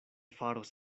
faros